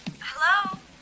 Hello